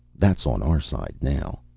that's on our side now.